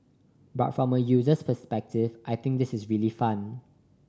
but from a user's perspective I think this is really fun